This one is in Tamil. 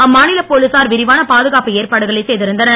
அம்மாநில போலீசார் விரிவான பாதுகாப்பு ஏற்பாடுகளை செய்திருந்தனர்